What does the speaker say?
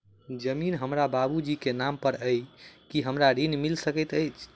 जमीन हमरा बाबूजी केँ नाम पर अई की हमरा ऋण मिल सकैत अई?